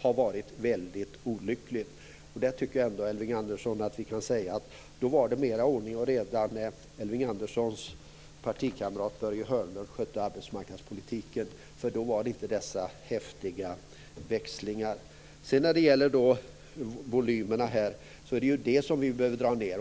har varit väldigt olyckliga. Då var det ändå mer ordning och reda när Elving Anderssons partikamrat Börje Hörnlund skötte arbetsmarknadspolitiken. Då hade vi inte dessa häftiga växlingar. Det är volymerna vi behöver dra ned.